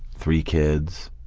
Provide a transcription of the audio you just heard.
three kids,